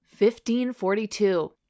1542